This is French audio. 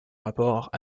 rapport